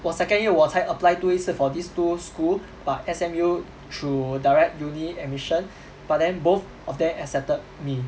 我 second year 我才 apply 多一次 for these two school but S_M_U through direct uni admission but then both of them accepted me